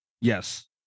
Yes